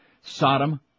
Sodom